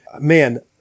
Man